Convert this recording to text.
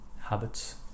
habits